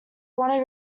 wanted